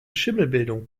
schimmelbildung